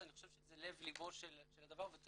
אני חושב שזה לב ליבו של הדבר ותמיד